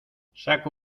saco